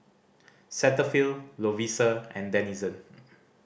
Cetaphil Lovisa and Denizen